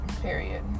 Period